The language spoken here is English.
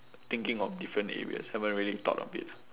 thinking of different areas haven't really thought of it